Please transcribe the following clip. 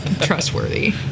trustworthy